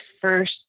first